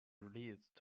released